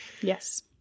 Yes